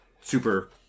super